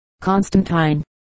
Constantine